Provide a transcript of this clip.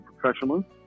professionally